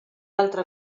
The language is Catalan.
altre